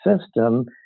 system